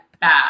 bad